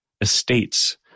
estates